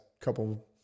couple